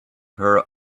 her